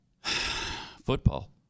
Football